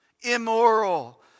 immoral